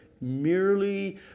merely